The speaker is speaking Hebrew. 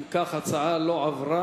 אם כך, ההצעה לא עברה.